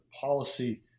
policy